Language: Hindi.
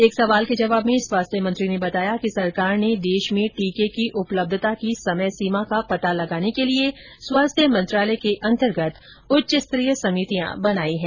एक सवाल के जवाब में स्वास्थ्य मंत्री ने बताया कि सरकार ने देश में टीके की उपलब्यता की समय सीमा का पता लगाने के लिए स्वास्थ्य मंत्रालय के अंतर्गत उच्चस्तरीय समितियां बनाई हैं